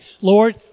Lord